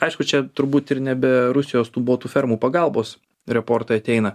aišku čia turbūt ir ne be rusijos tų botų fermų pagalbos reportai ateina